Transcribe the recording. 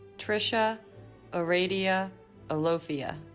tricha ah heredia olofio